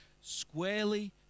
squarely